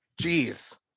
Jeez